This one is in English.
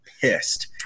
pissed